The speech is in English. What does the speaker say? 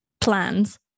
plans